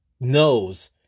knows